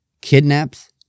kidnaps